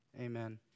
Amen